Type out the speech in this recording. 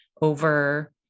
over